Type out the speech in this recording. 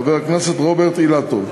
חבר הכנסת רוברט אילטוב,